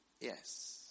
Yes